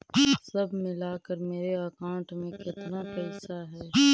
सब मिलकर मेरे अकाउंट में केतना पैसा है?